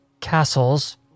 castles